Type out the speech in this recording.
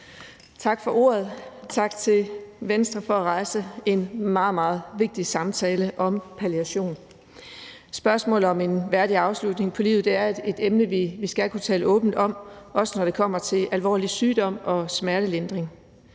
Tak for ordet. Tak til Venstre for at rejse en meget, meget vigtig samtale om palliation. Spørgsmålet om en værdig afslutning på livet er et emne, vi skal kunne tale åbent om, også når det kommer til alvorlig sygdom og smertelindring.